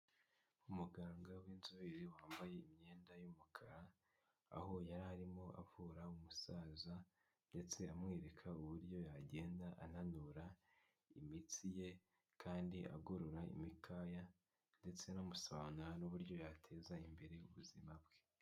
Umuganga w'inzobere wambaye imyenda y'umukara, aho yararimo avura umusaza, ndetse amwereka uburyo yagenda ananura imitsi ye kandi agorora imikaya, ndetse anamusabana n'uburyo yateza imbere ubuzima bwe.